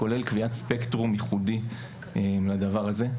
כולל קביעת ספקטרום ייחודי לדבר הזה.